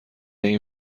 این